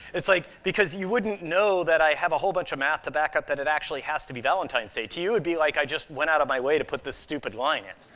it's like, because you wouldn't know that i have a whole bunch of math to back up that it actually has to be valentine's day. to you, it would be like i just went out of my way to put this stupid line in.